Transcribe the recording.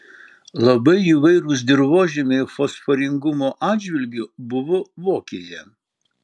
labai įvairūs dirvožemiai fosforingumo atžvilgiu buvo vokėje